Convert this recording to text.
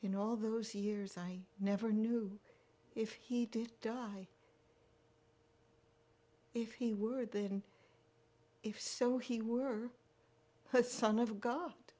you know all those years i never knew if he did die if he were there and if so he were his son of god